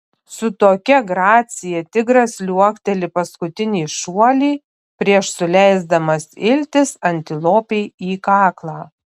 su tokia gracija tigras liuokteli paskutinį šuolį prieš suleisdamas iltis antilopei į kaklą